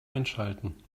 einschalten